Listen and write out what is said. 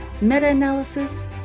meta-analysis